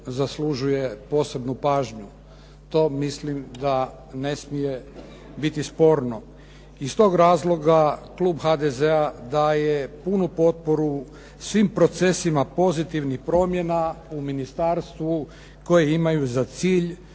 zaslužuje posebnu pažnju. To mislim da ne smije biti sporno. Iz tog razloga klub HDZ-a daje punu potporu svim procesima pozitivnih promjena u ministarstvu koje imaju za cilj